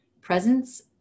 Presence